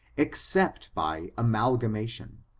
except by amalgamation,